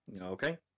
Okay